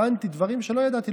הבנתי דברים שלא ידעתי.